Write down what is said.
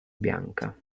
bianca